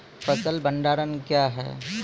फसल भंडारण क्या हैं?